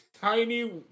tiny